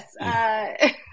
Yes